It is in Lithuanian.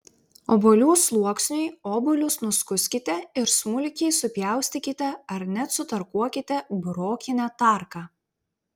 obuolių sluoksniui obuolius nuskuskite ir smulkiai supjaustykite ar net sutarkuokite burokine tarka